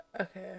Okay